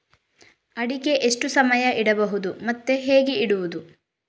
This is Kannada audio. ಅಡಿಕೆ ಎಷ್ಟು ಸಮಯ ಇಡಬಹುದು ಮತ್ತೆ ಹೇಗೆ ಇಡುವುದು?